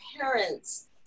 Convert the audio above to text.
parents